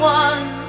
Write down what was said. one